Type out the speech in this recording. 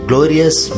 Glorious